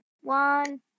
one